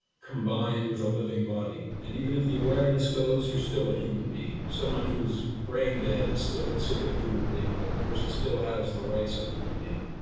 combined with a living body, and even if the awareness goes, you're still a human being, someone who's brain dead is still considered a human being. that the person still has the rights of a human being.